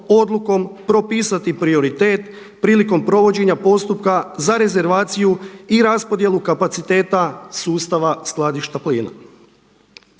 odlukom propisati prioritet prilikom provođenja postupka za rezervaciju i raspodjelu kapaciteta sustava skladišta plina.